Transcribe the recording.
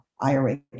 IRA